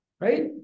right